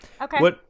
Okay